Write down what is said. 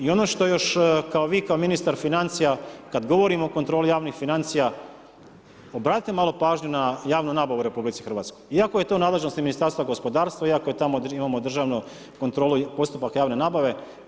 I ono što još kao vi kao ministar financija, kad govorimo o kontroli javnih financija obratite malo pažnju na javnu nabavu u RH, iako je to u nadležnosti Ministarstva gospodarstva, iako tamo imamo državnu kontrolu postupaka javne nabave.